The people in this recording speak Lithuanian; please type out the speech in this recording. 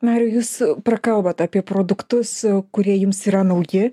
mariau jūs prakalbot apie produktus kurie jums yra nauji